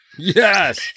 Yes